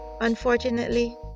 Unfortunately